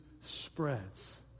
spreads